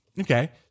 Okay